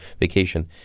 vacation